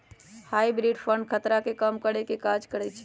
hybrid fund खतरा के कम करेके काज करइ छइ